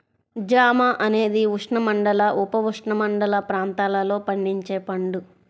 జామ అనేది ఉష్ణమండల, ఉపఉష్ణమండల ప్రాంతాలలో పండించే పండు